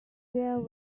their